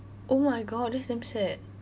oh my god that's damn sad